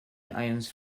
items